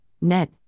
net